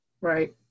Right